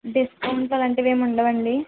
discount అలాంటివేమి ఉండవండి